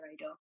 radar